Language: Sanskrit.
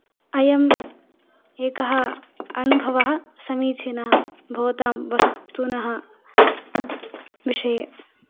अयं एकः अनुभवः समीचिनः भवतां वस्तुनः विषये